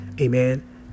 amen